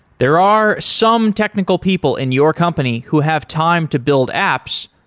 there are some technical people in your company who have time to build apps,